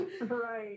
Right